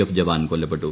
F ജവാൻ കൊല്ലപ്പെട്ടു